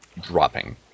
dropping